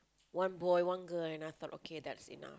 one boy one girl and I thought okay that's enough